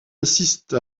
assiste